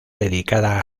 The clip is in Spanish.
dedicada